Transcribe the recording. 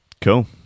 Cool